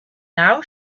now